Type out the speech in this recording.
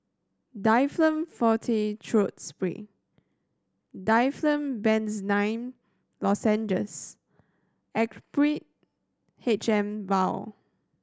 Difflam Forte Throat Spray Difflam Benzydamine Lozenges Actrapid H M Vial